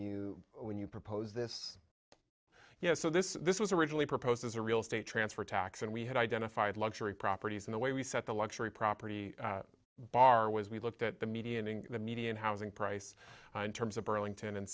you when you proposed this you know so this this was originally proposed as a real estate transfer tax and we had identified luxury properties in the way we set the luxury property bar was we looked at the median in the median housing price in terms of burlington and